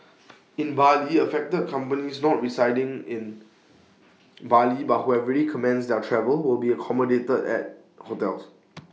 in Bali affected companies not residing in Bali but who have already commenced their travel will be accommodated at hotels